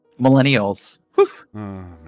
Millennials